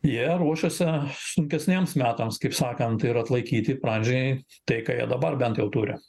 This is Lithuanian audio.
jie ruošėsi sunkesniems metams kaip sakant ir atlaikyti pradžioj tai ką jie dabar bent jau turi